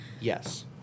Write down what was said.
Yes